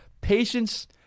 patience